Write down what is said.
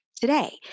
today